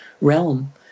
realm